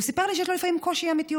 והוא סיפר לי שיש לו לפעמים קושי אמיתי.